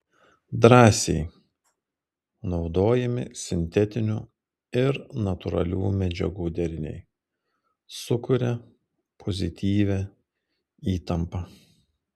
drąsiai naudojami sintetinių ir natūralių medžiagų deriniai sukuria pozityvią įtampą